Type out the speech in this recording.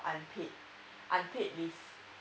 unpaid unpaid leave